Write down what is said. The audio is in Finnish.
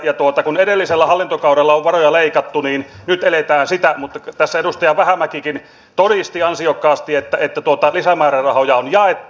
ja kun edellisellä hallintokaudella on varoja leikattu niin nyt eletään sitä mutta tässä edustaja vähämäkikin todisti ansiokkaasti että lisämäärärahoja on jaettu